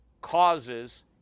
causes